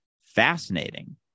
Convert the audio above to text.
fascinating